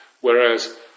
Whereas